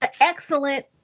excellent